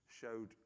showed